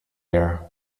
here